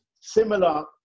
similar